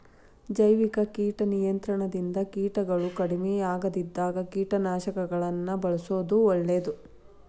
ಜೈವಿಕ ಕೇಟ ನಿಯಂತ್ರಣದಿಂದ ಕೇಟಗಳು ಕಡಿಮಿಯಾಗದಿದ್ದಾಗ ಕೇಟನಾಶಕಗಳನ್ನ ಬಳ್ಸೋದು ಒಳ್ಳೇದು